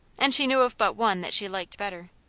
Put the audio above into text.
and she knew of but one that she liked better.